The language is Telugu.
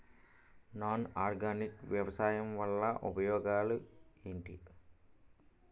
నాన్ ఆర్గానిక్ వ్యవసాయం వల్ల ఉపయోగాలు ఏంటీ?